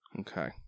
Okay